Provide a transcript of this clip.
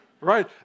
right